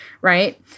right